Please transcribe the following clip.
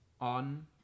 on